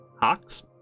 Hawks